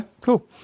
cool